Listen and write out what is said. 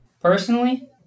Personally